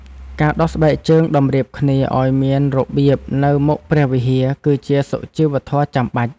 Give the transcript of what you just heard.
ការដោះស្បែកជើងតម្រៀបគ្នាឱ្យមានរបៀបនៅមុខព្រះវិហារ គឺជាសុជីវធម៌ចាំបាច់។